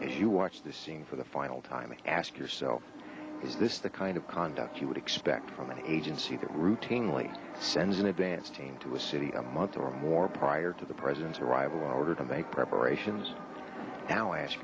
if you watch the scene for the final time and ask yourself is this the kind of conduct you would expect from an agency that routinely sends an advance team to a city a month or more prior to the president's arrival in order to make preparations